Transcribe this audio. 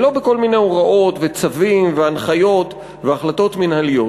ולא בכל מיני הוראות וצווים והנחיות והחלטות מינהליות,